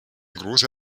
große